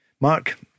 Mark